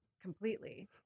completely